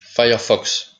firefox